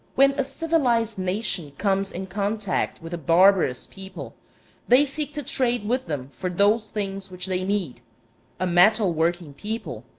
when a civilized nation comes in contact with a barbarous people they seek to trade with them for those things which they need a metal-working people,